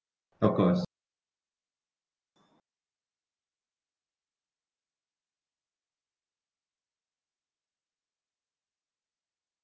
of course